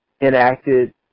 enacted